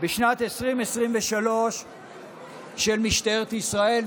בשנת 2023 של משטרת ישראל,